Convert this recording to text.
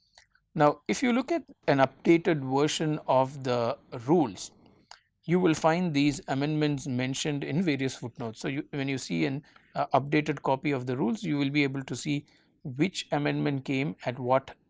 now if you look at an updated version of the rules you will find these amendments mentioned in various foot notes. so, you when you see an and updated copy of the rules you will be able to see which amendment came at what